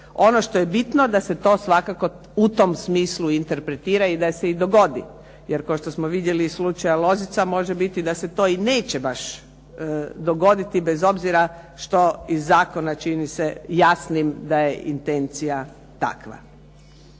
Ono što je bitno, da se to svakako u tom smislu i interpretira i da se i dogodi. Jer kao što smo vidjeli slučaj "Lozica", može biti da se to i neće baš dogoditi, bez obzira što iz zakona čini se jasnim da je intencija takva.